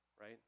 right